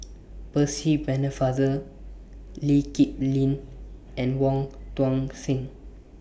Percy Pennefather Lee Kip Lin and Wong Tuang Seng